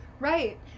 Right